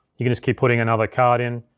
you could just keep putting another card in.